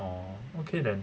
orh okay then